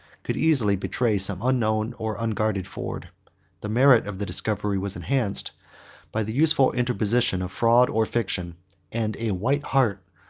could easily betray some unknown or unguarded ford the merit of the discovery was enhanced by the useful interposition of fraud or fiction and a white hart,